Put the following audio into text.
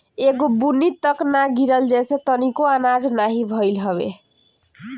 एगो बुन्नी तक ना गिरल जेसे तनिको आनाज नाही भइल हवे